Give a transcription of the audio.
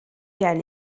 gen